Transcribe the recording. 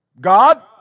God